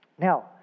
Now